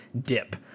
dip